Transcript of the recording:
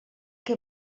que